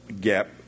gap